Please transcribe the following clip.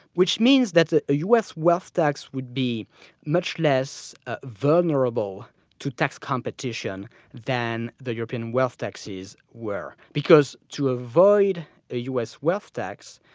which means that the u. s. wealth tax would be much less ah vulnerable to tax competition than the european wealth taxes were, because to avoid a u. s. wealth tax,